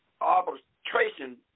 arbitration